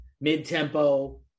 mid-tempo